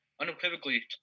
unequivocally